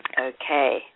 Okay